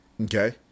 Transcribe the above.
Okay